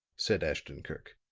said ashton-kirk.